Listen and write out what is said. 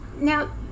now